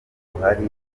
buhari